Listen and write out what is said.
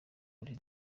buri